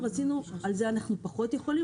על זה אנחנו יכולים פחות לשלוט,